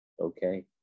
okay